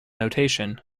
notation